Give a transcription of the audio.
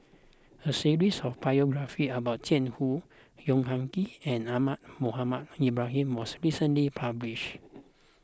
a series of biographies about Jiang Hu Yong Ah Kee and Ahmad Mohamed Ibrahim was recently published